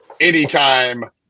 anytime